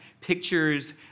pictures